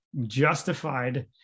justified